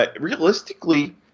realistically